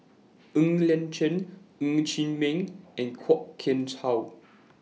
Ng Liang Chiang Ng Chee Meng and Kwok Kian Chow